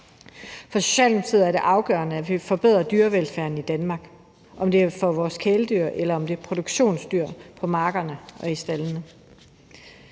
For Socialdemokratiet er det afgørende, at vi forbedrer dyrevelfærden i Danmark – om det er for vores kæledyr, eller om det er produktionsdyr på markerne og i staldene.